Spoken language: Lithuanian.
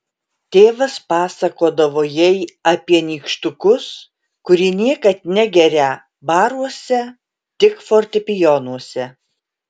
tėvas pasakodavo jai apie nykštukus kurie niekad negerią baruose tik fortepijonuose